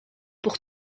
pour